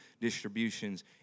distributions